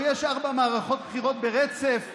או שיש ארבע מערכות בחירות ברצף,